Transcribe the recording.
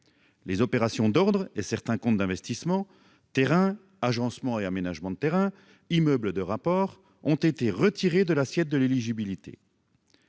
Les opérations d’ordre et certains comptes d’investissement, comme les terrains, les agencements et aménagements de terrains ou encore les immeubles de rapport, ont été retirés de l’assiette de l’éligibilité.